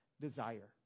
desire